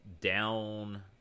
Down